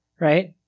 right